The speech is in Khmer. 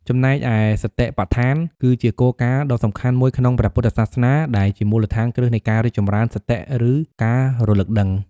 ចំណែកឯសតិប្បដ្ឋាន គឺជាគោលការណ៍ដ៏សំខាន់មួយក្នុងព្រះពុទ្ធសាសនា ដែលជាមូលដ្ឋានគ្រឹះនៃការចម្រើន សតិ ឬ ការរលឹកដឹង។